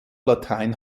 latein